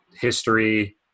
history